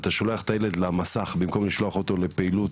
אתה שולח את הילד למסך במקום לשלוח אותו לפעילות